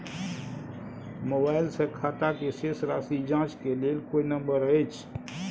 Mobile से खाता के शेस राशि जाँच के लेल कोई नंबर अएछ?